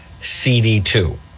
CD2